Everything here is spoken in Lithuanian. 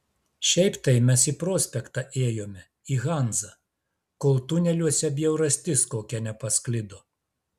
šiaip tai mes į prospektą ėjome į hanzą kol tuneliuose bjaurastis kokia nepasklido